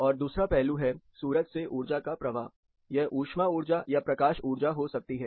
और दूसरा पहलू है सूरज से ऊर्जा का प्रवाह यह ऊष्मा ऊर्जा या प्रकाश ऊर्जा हो सकती है